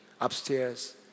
Upstairs